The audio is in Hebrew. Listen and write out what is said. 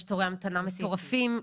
יש תורי המתנה מטורפים,